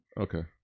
Okay